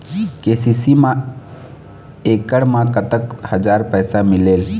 KCC मा एकड़ मा कतक हजार पैसा मिलेल?